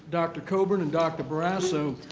dr. coburn and dr. barrasso,